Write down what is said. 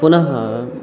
पुनः